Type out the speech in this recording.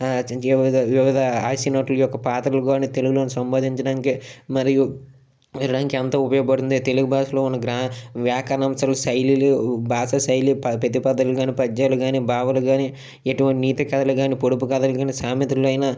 చిన చి వివిధ వివిధ హాస్యనటుల యొక్క పాత్రలు కానీ తెలుగులోన సంబోధించడానికి మరియు వినడానికి ఎంతో ఉపయోగపడుతుంది తెలుగు భాషలో ఉన్న గ్రా వ్యాకరణంశాలు శైలులు భాషా శైలి ప్రతి పద్యాలు కానీ పద్యాలు కానీ భావాలు కానీ ఎటువంటి నీతి కథలు కానీ పొడుపు కథలు కానీ సామెతలు అయిన